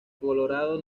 colorado